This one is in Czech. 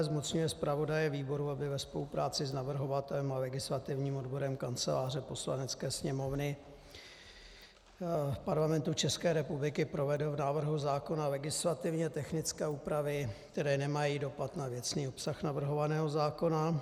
Zmocňuje zpravodaje výboru, aby ve spolupráci s navrhovatelem a legislativním odborem Kanceláře Poslanecké sněmovny Parlamentu České republiky provedl v návrhu zákona legislativně technické úpravy, které nemají dopad na věcný obsah navrhovaného zákona.